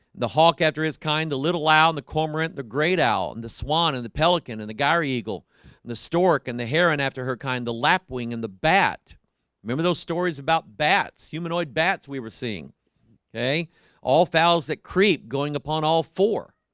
the hawk after his kind a little loud the cormorant the great owl and the swan and the pelican and the gyri eagle the stork and the heron after her kind the lapwing and the bat remember those stories about bats humanoid bats. we were seeing okay all fowls that creep going upon all four